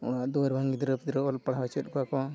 ᱚᱲᱟᱜ ᱫᱩᱣᱟᱹᱨ ᱦᱚᱸ ᱜᱤᱫᱽᱨᱟᱹ ᱯᱤᱫᱽᱨᱟᱹ ᱚᱞ ᱯᱟᱲᱟᱣ ᱦᱚᱪᱮᱚᱭᱮᱫ ᱠᱚᱣᱟ ᱠᱚ